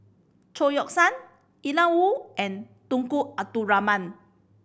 Chao Yoke San Ian Woo and Tunku Abdul Rahman